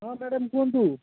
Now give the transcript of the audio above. ହଁ ମ୍ୟାଡ଼ାମ୍ କୁହନ୍ତୁ